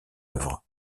œuvre